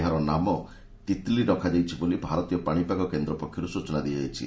ଏହାର ନାମ 'ତିତଲି' ରଖାଯାଇଛି ବୋଲି ଭାରତୀୟ ପାଣିପାଗ କେନ୍ଦ୍ର ପକ୍ଷରୁ ସୂଚନା ଦିଆଯାଇଛି